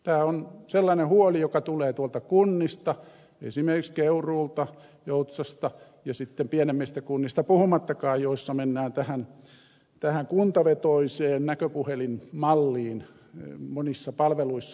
tämä on sellainen huoli joka tulee tuolta kunnista esimerkiksi keruulta joutsasta pienemmistä kunnista puhumattakaan joissa mennään tähän kuntavetoiseen näköpuhelinmalliin monissa palveluissa